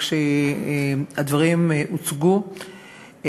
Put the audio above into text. כשהדברים הוצגו,